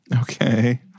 okay